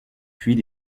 puis